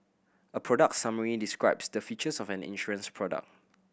a product summary describes the features of an insurance product